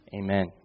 amen